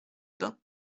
bains